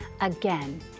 Again